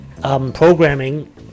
programming